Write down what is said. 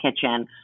kitchen